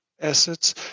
assets